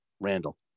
Randall